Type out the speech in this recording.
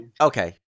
Okay